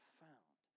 found